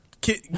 kid